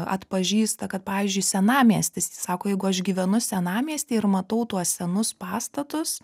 atpažįsta kad pavyzdžiui senamiestis jis sako jeigu aš gyvenu senamiesty ir matau tuos senus pastatus